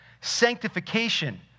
sanctification